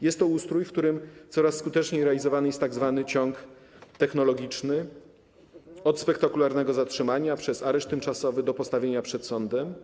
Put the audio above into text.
Jest to ustrój, w którym coraz skuteczniej realizowany jest tzw. ciąg technologiczny - od spektakularnego zatrzymania przez areszt tymczasowy do postawienia przed sądem.